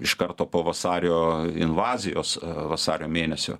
iš karto po vasario invazijos vasario mėnesio